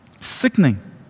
sickening